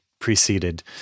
preceded